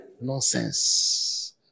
nonsense